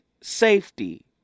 safety